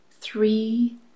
three